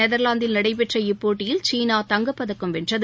நெதா்லாந்தில் நடைபெற்ற இப்போட்டியில் சீனா தங்கப்பதக்கம் வென்றது